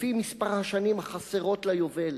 לפי מספר השנים החסרות ליובל.